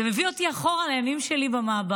זה מחזיר אותי אחורה, לימים שלי במעברה.